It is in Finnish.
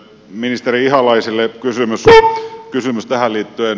ministeri ihalaiselle kysymys tähän liittyen